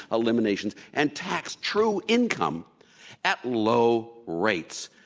eliminations, and tax true income at low rates.